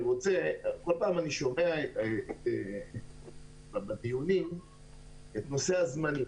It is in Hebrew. כל פעם אני שומע בדיונים את נושא הזמנים.